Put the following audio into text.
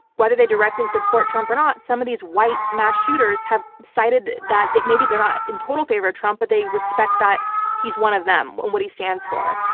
whether they directly support trump or not, some of these white mass shooters have cited that maybe they're not in total favor of trump, but they respect that he's one of them and what he stands for.